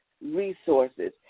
Resources